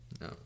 no